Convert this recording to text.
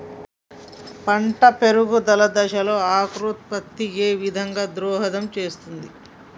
పంట పెరుగుదల దశలో అంకురోత్ఫత్తి ఏ విధంగా దోహదం చేస్తుంది?